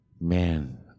man